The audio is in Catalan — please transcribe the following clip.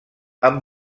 amb